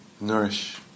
nourish